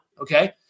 okay